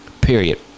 Period